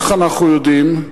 איך אנחנו יודעים?